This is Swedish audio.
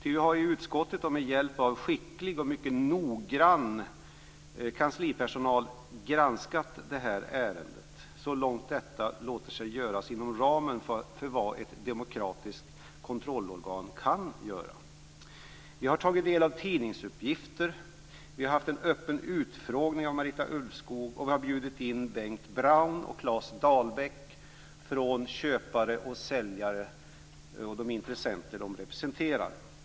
I utskottet har vi med hjälp av skicklig och mycket noggrann kanslipersonal granskat ärendet så långt detta låter sig göras inom ramen för vad ett demokratiskt kontrollorgan kan göra. Vi har tagit del av tidningsuppgifter. Vi har haft en öppen utfrågning av Marita Ulvskog, och vi har bjudit in Bengt Braun och Claes Dahlbäck från köpare respektive säljare och de intressenter som de representerar.